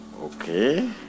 Okay